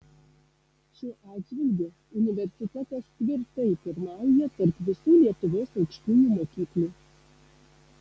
šiuo atžvilgiu universitetas tvirtai pirmauja tarp visų lietuvos aukštųjų mokyklų